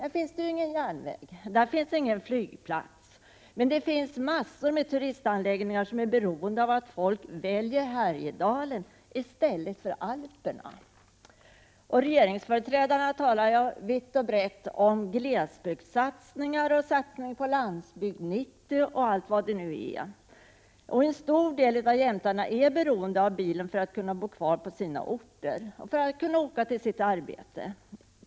Där finns ingen järnväg, där finns ingen flygplats, men det finns massor av turistanläggningar som är beroende av att folk väljer Härjedalen i stället för Alperna. Regeringsföreträdarna talar vitt och brett om glesbygdssatsningar och satsning på Landsbygd 90 och allt vad det heter. En stor del av jämtarna är beroende av bilen för att kunna bo kvar på sin ort och för att kunna åka till sitt arbete.